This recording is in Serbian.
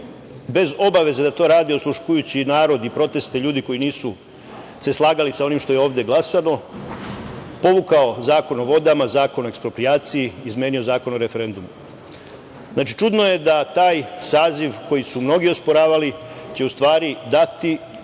bez obaveze da to radi, osluškujući narod i proteste ljudi koji nisu se slagali sa onim što je ovde glasano, povukao Zakon o vodama, Zakon o eksproprijaciji, izmenio Zakon o referendumu. Znači, čudno je da taj saziv koji su mnogi osporavali će u stvari dati